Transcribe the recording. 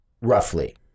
Roughly